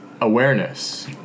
awareness